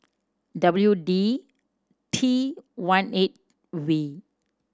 W D T one eight V